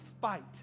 fight